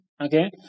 Okay